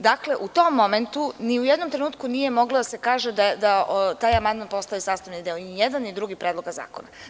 Dakle, u tom momentu ni u jednom trenutku nije moglo da se kaže da taj amandman postaje sastavni deo Predloga zakona.